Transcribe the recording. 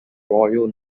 royal